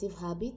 habit